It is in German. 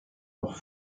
noch